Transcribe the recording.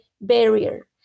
barrier